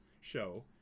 show